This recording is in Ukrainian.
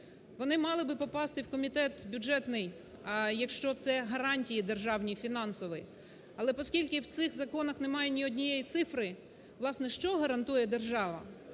Вони мали би попасти в Комітет бюджетний, якщо це гарантії державні фінансові. Але оскільки і в цих законах немає ні однієї цифри, власне, що гарантує держава?